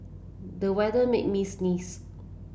the weather made me sneeze